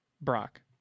Brock